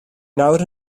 nawr